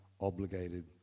obligated